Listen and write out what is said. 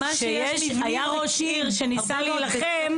שהיה ראש עיר שניסה להילחם,